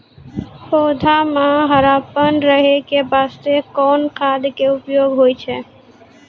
पौधा म हरापन रहै के बास्ते कोन खाद के उपयोग होय छै?